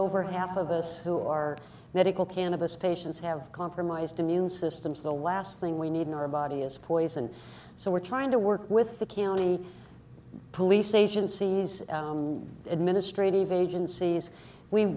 over half of us who are medical cannabis patients have compromised immune systems the last thing we need in our body is poison so we're trying to work with the county police agencies administrative agencies we